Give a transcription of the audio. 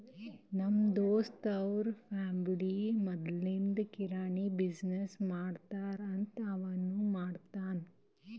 ನಮ್ ದೋಸ್ತ್ ಅವ್ರ ಫ್ಯಾಮಿಲಿ ಮದ್ಲಿಂದ್ ಕಿರಾಣಿ ಬಿಸಿನ್ನೆಸ್ ಮಾಡ್ತಾರ್ ಅಂತ್ ಅವನೂ ಮಾಡ್ತಾನ್